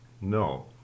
No